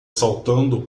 saltando